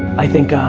i think